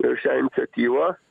ir šią iniciatyvą